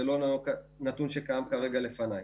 זה לא נתון שקיים כרגע לפניי.